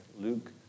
Luke